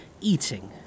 eating